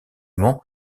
mont